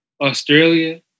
Australia